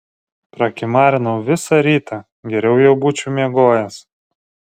prakimarinau visą rytą geriau jau būčiau miegojęs